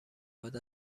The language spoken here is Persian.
بعد